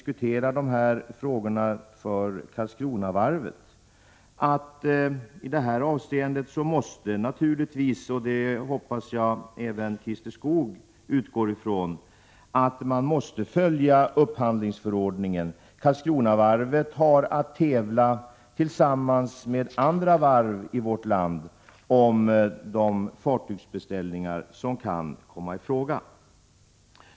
Karlskronavarvet måste naturligtvis — det hoppas jag att också Christer Skoog utgår från — följa upphandlingsförordningen. Karlskronavarvet har att tävla tillsammans med andra varv i vårt land om de fartygsbeställningar som kan komma i fråga.